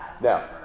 Now